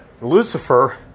Lucifer